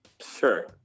Sure